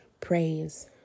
Praise